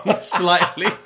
slightly